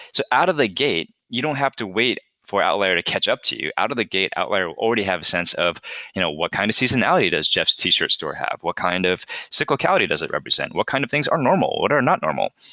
so out of the gate, you don't have to wait for outlier to catch up to you. out of the gate, outlier will already have a sense of you know what kind of seasonality does jeff's t-shirt store have? what kind of cyclicality does it represent? what kind of things are normal? what are not normal?